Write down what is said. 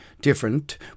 different